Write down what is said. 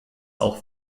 auch